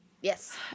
Yes